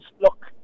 look